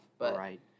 Right